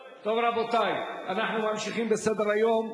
רבותי, אנחנו ממשיכים בסדר-היום: